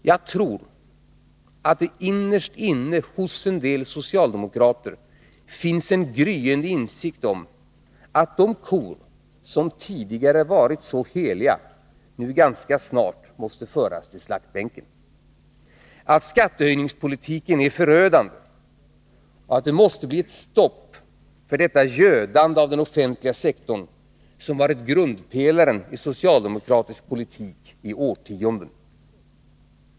Jag tror att det innerst inne hos en del socialdemokrater finns en gryende insikt om att de kor som tidigare varit så heliga nu ganska snart måste föras till slaktbänken, att skattehöjningspolitiken är förödande och att det måste bli ett stopp på detta gödande av den offentliga sektorn, som har varit grundpelaren i socialdemokratisk politik i årtionden.